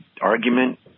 argument